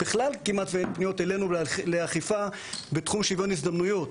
בכלל כמעט ואין פניות אלינו לאכיפה בתחום שוויון הזדמנויות.